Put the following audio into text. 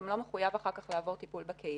גם לא מחויב אחר כך לעבור טיפול בקהילה.